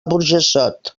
burjassot